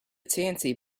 tnt